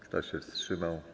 Kto się wstrzymał?